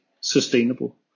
sustainable